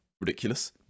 ridiculous